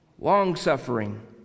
long-suffering